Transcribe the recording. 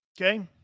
Okay